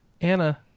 Anna